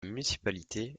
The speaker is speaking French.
municipalité